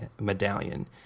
medallion